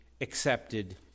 accepted